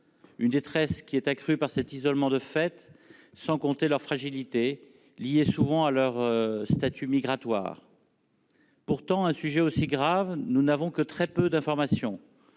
une détresse qui est accru par cet isolement de fête sans compter leur fragilité liée souvent à leur statut migratoire. Pourtant un sujet aussi grave, nous n'avons que très peu d'informations,